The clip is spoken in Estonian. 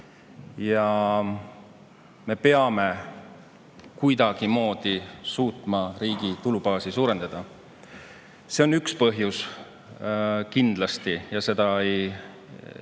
ja me peame kuidagimoodi suutma riigi tulubaasi suurendada. See on üks põhjus kindlasti ja seda ei